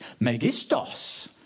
Megistos